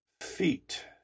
feet